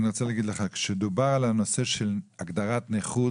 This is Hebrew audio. אני רוצה להגיד לך: כשדובר על הנושא של הגדרת נכות